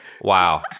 Wow